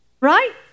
Right